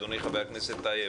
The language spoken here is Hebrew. אדוני חבר הכנסת טייב,